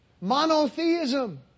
Monotheism